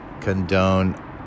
condone